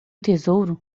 tesouro